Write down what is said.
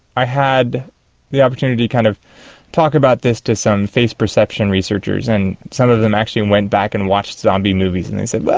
i had the opportunity to kind of talk about this to some face perception researchers, and some of them actually and went back and watched zombie movies and they said, well,